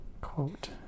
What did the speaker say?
quote